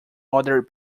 other